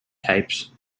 types